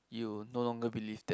you no longer believe that